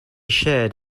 shared